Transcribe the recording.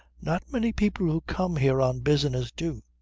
not many people who come here on business do.